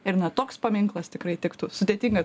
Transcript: ir na toks paminklas tikrai tiktų sudėtinga